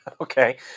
Okay